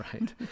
Right